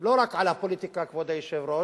לא רק על הפוליטיקה, כבוד היושב-ראש,